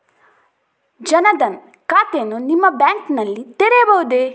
ಜನ ದನ್ ಖಾತೆಯನ್ನು ನಿಮ್ಮ ಬ್ಯಾಂಕ್ ನಲ್ಲಿ ತೆರೆಯಬಹುದೇ?